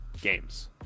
games